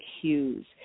cues